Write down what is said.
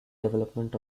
development